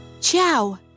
ciao